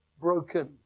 broken